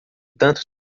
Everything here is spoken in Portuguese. tanto